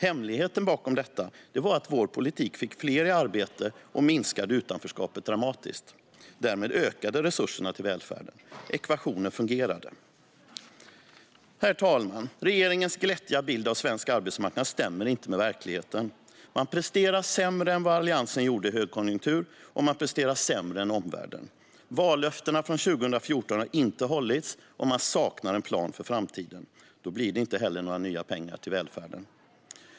Hemligheten bakom detta var att vår politik fick fler i arbete och minskade utanförskapet dramatiskt. Därmed ökade resurserna till välfärden. Ekvationen fungerade. Herr talman! Regeringens glättiga bild av svensk arbetsmarknad stämmer inte med verkligheten. Man presterar sämre än vad Alliansen gjorde i högkonjunktur, och man presterar sämre än omvärlden. Vallöftena från 2014 har inte hållits, och man saknar en plan för framtiden. Då blir det inte heller några nya pengar till välfärden.